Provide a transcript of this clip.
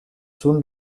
soon